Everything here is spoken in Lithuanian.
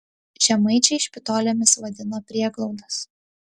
žemaičiai špitolėmis vadina prieglaudas